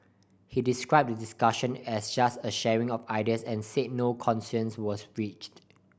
he described the discussion as just a sharing of ideas and said no consensus was reached